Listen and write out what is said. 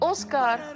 Oscar